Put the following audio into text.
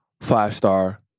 five-star